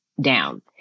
down